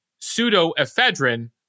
Pseudoephedrine